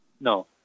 No